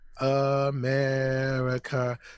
America